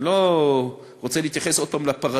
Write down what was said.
אני לא רוצה להתייחס עוד פעם לפרדוקס,